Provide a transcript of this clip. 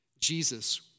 Jesus